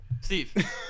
Steve